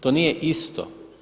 To nije isto.